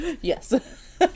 Yes